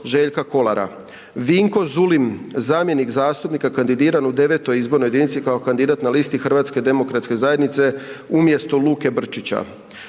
Željka Kolara. Vinko Zulin, zamjenik zastupnika kandidiran u IX. Izbornoj jedinici kao kandidat na listi Hrvatske demokratske zajednice, HDZ umjesto Luke Brčića.